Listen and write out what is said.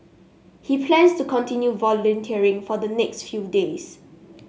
he plans to continue volunteering for the next few days